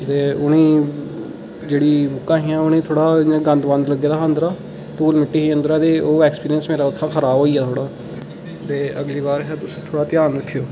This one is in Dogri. ते उ'ने ईं जेह्ड़ियां बुक्कां हियां उ'नें ई थोह्ड़ा इं'या गंद फंद लग्गे दा हा अंदरा पूरी मिट्टी ही अंदरा ते ओह् एक्सपीरियंस मेरा उत्थूं खराब होई गेआ थोह्ड़ा ते अगली बार हा तुस थोह्ड़ा ध्यान रक्खेओ